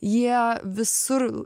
jie visur